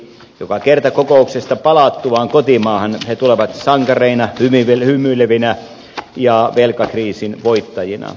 joka kerta kokouksesta palattuaan kotimaahan he tulevat sankareina hymyilevinä ja velkakriisin voittajina